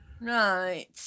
Right